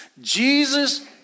Jesus